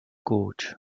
coach